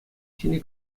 ҫӗнӗ